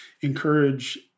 encourage